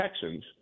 Texans